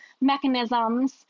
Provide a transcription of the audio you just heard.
mechanisms